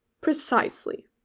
Precisely